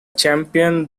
champion